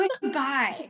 Goodbye